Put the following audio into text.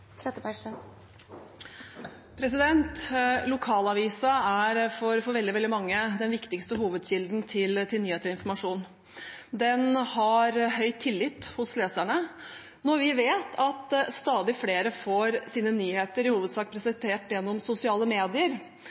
for veldig mange den viktigste hovedkilden til nyheter og informasjon. Den har høy tillit hos leserne. Når vi vet at stadig flere får sine nyheter i hovedsak presentert gjennom sosiale medier,